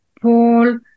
Paul